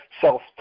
self